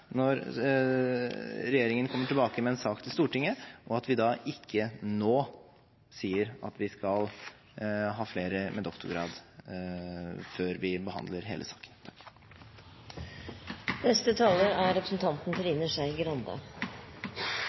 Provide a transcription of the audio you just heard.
når regjeringen kommer tilbake med en sak til Stortinget, og at vi ikke nå sier at vi skal ha flere med doktorgrad, før vi behandler hele saken. Jeg må bare si at i representanten